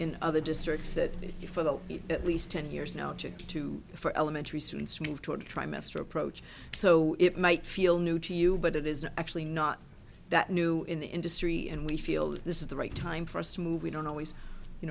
in other districts that you for the at least ten years no object to for elementary students to move toward trimester approach so it might feel new to you but it is actually not that new in the industry and we feel this is the right time for us to move we don't always you